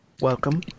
Welcome